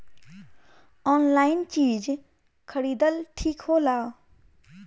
Online चीज खरीदल ठिक होला?